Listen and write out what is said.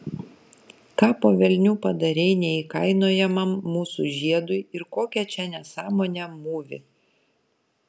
ką po velnių padarei neįkainojamam mūsų žiedui ir kokią čia nesąmonę mūvi